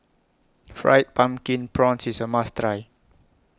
Fried Pumpkin Prawns IS A must Try